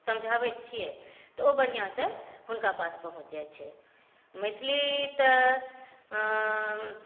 समझाबैत छियै तऽ ओ बढ़िआँसॅं हुनका पास पहुँच जाइत छै मैथिली तऽ